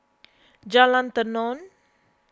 Jalan Tenon